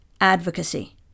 advocacy